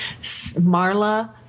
marla